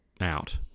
out